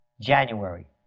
January